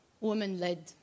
women-led